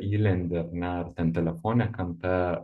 įlendi ar ne ar ten telefone kampe